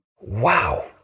Wow